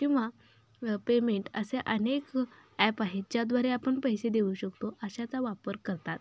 किंवा पेमेंट असे अनेक ॲप आहेत ज्याद्वारे आपण पैसे देऊ शकतो अशाचा वापर करतात